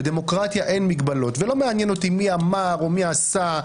בדמוקרטיה אין מגבלות ולא מעניין אותי מי אמר או מי עשה,